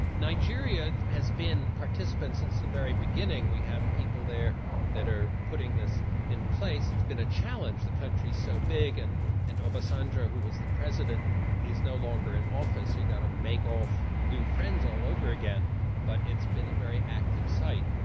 nigeria has been participants since the very beginning, we have people there that are putting this in place, it's been a challenge, the country is so big and and obasanjo who was the president is no longer in office, you've got to make new friends all over again but it's been a very active site.